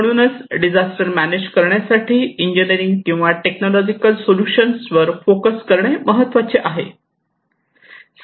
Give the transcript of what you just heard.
म्हणूनच disaster manage करण्यासाठी engineering किंवा टेक्नॉलॉजीकल सोल्युशन्स वर फोकस करणे महत्त्वाचे आहे